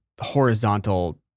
horizontal